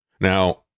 now